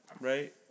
right